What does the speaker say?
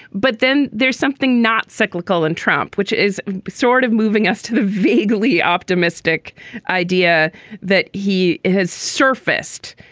but then there's something not cyclical and trump, which is sort of moving us to the vaguely optimistic idea that he has surfaced,